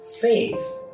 Faith